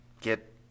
Get